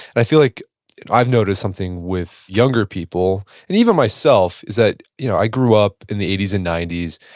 i feel like i've noticed something with younger people, and even myself is that you know i grew up in the eighty s and ninety s.